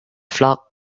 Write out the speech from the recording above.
flock